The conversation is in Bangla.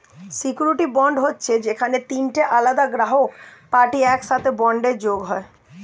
সিউরিটি বন্ড হচ্ছে যেখানে তিনটে আলাদা গ্রাহক পার্টি একসাথে বন্ডে যোগ হয়